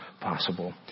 possible